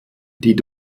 die